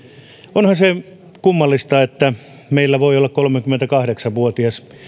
onhan se kummallista että meillä voi olla kolmekymmentäkahdeksan vuotias